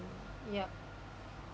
yup